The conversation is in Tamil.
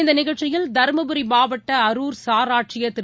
இந்த நிகழ்ச்சியில் தருமபுரி மாவட்ட அரூர் சார் ஆட்சியர் திரு